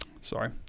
Sorry